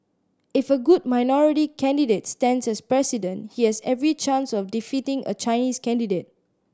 if a good minority candidate stands as President he has every chance of defeating a Chinese candidate